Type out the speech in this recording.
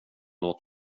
låta